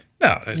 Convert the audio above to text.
No